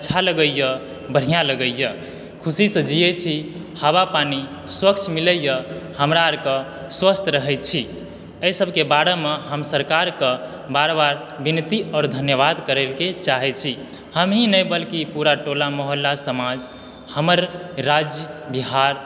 अच्छा लगयए बढ़िआँ लगयए खुशीसँ जीयै छी हवा पानी स्वच्छ मिलयए हमरा अओरके स्वस्थ रहैत छी एहिसभके बारे मे हम सरकारके बार बार विनती आओर धन्यवाद करयके चाहैत छी हमही नहि बल्कि पूरा टोला मोहल्ला समाज हमर राज्य बिहार